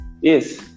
Yes